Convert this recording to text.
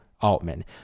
Altman